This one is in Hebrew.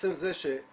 עצם זה שאנחנו